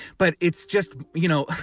but it's just, you know,